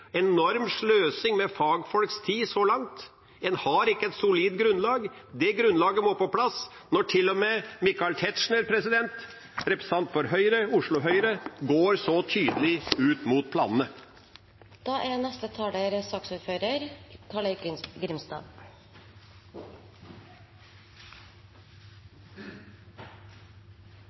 fagfolks tid. En har ikke et solid grunnlag. Det grunnlaget må på plass når til og med Michael Tetzschner, representant for Oslo Høyre, går så tydelig ut mot planene. Jeg skal holde meg til tidsrammen for en kort merknad, jeg tror det er det jeg har. Saksordfører